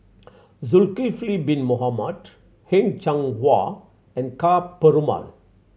Zulkifli Bin Mohamed Heng Cheng Hwa and Ka Perumal